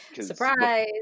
surprise